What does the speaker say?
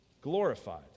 glorified